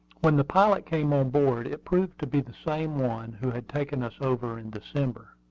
when the pilot came on board it proved to be the same one who had taken us over in december.